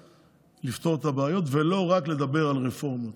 לפתור את הבעיות ולא רק לדבר על רפורמות.